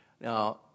Now